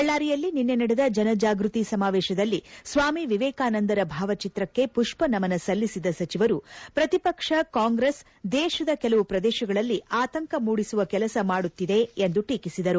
ಬಳ್ಳಾರಿಯಲ್ಲಿ ನಿನ್ನೆ ನಡೆದ ಜನಜಾಗೃತಿ ಸಮಾವೇಶದಲ್ಲಿ ಸ್ವಾಮಿ ವಿವೇಕಾನಂದರ ಭಾವಚಿತ್ರಕ್ಷೆ ಪುಷ್ವ ನಮನ ಸಲ್ಲಿಸಿದ ಸಚಿವರು ಪ್ರತಿ ಪಕ್ಷ ಕಾಂಗ್ರೆಸ್ ದೇಶದ ಕೆಲವು ಪ್ರದೇಶಗಳಲ್ಲಿ ಆತಂಕ ಮೂಡಿಸುವ ಕೆಲಸ ಮಾಡುತ್ತಿದೆ ಎಂದು ಟೀಕಿಸಿದರು